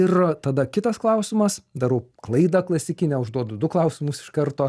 ir tada kitas klausimas darau klaidą klasikinę užduodu du klausimus iš karto